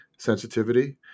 sensitivity